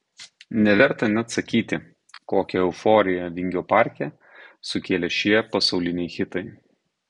neverta net sakyti kokią euforiją vingio parke sukėlė šie pasauliniai hitai